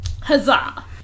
Huzzah